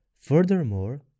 Furthermore